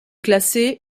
classé